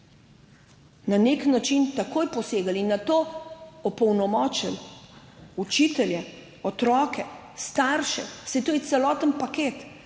na nek način takoj posegli in nato opolnomočili učitelje, otroke, starše, saj to je celoten paket,